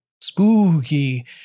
Spooky